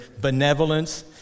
benevolence